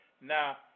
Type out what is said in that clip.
Now